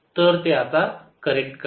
तर ते आता करेक्ट करा